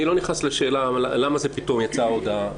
אני לא נכנס לשאלה למה פתאום יצאה ההודעה,